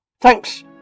Thanks